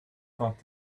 thought